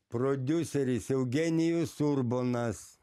prodiuseris eugenijus urbonas